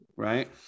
Right